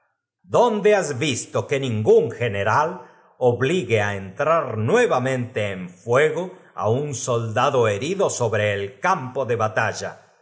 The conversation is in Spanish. donde has visto que ningún gener al obligue á entrar nueva mente en fuego á un soldad o herid o sobre el campo do batalla